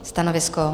Stanovisko?